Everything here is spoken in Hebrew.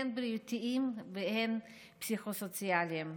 הן בריאותיים והן פסיכו-סוציאליים.